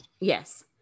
yes